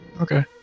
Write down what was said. Okay